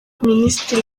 minisitiri